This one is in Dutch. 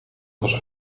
was